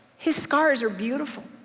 his scars are beautiful.